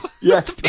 Yes